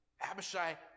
Abishai